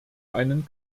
einen